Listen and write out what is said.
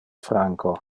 franco